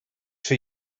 for